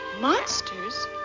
Monsters